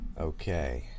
Okay